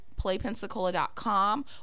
PlayPensacola.com